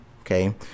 okay